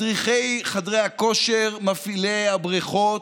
מדריכי חדרי הכושר, מפעילי הבריכות,